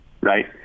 right